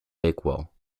bakewell